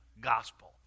gospel